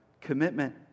commitment